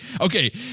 Okay